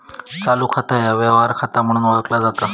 चालू खाता ह्या व्यवहार खाता म्हणून ओळखला जाता